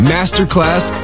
Masterclass